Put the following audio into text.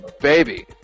baby